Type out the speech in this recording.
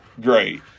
great